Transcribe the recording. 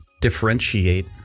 differentiate